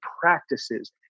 practices